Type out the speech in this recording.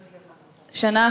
תשמע.) קצת כבוד.